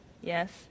Yes